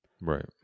Right